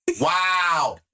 Wow